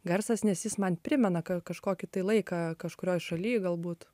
garsas nes jis man primena ka kad kažkokį tai laiką kažkurioj šaly galbūt